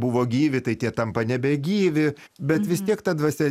buvo gyvi tai tie tampa nebegyvi bet vis tiek ta dvasia